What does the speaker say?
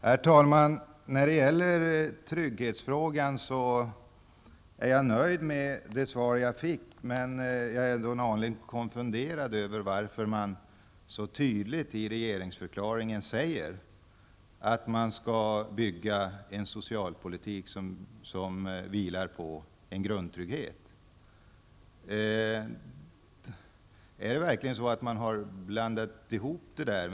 Herr talman! När det gäller trygghetsfrågan är jag nöjd med det svar jag fick, men jag är ändå en aning konfunderad över att man i regeringsförklaringen så tydligt säger att man skall bygga en socialpolitik som vilar på en grundtrygghet. Är det verkligen så att man har blandat ihop begreppen?